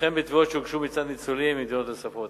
וכן בתביעות שהוגשו מצד ניצולים בתלונות נוספות.